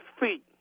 feet